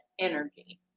energy